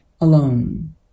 alone